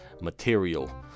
material